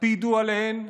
הקפידו עליהן,